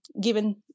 given